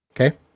Okay